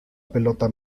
pelota